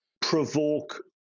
provoke